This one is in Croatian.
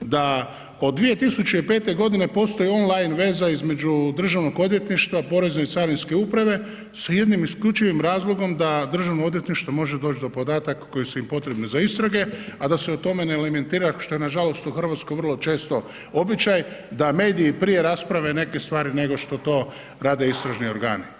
da od 2005. godine postoji on line veza između Državnog odvjetništva, Porezne i Carinske uprave s jednim isključivim razlogom da Državno odvjetništvo može doći do podataka koji su im potrebni za istrage, a da se o tome ne lementira što je nažalost u Hrvatskoj vrlo često običaj da mediji prije rasprave neke stvari nego što to rade istražni organi.